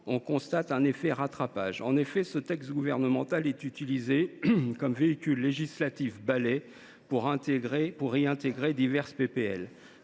on constate un effet de rattrapage. En effet, ce texte gouvernemental est utilisé comme véhicule législatif balai pour y intégrer diverses